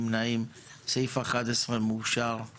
סעיף 11 מאושר פה אחד.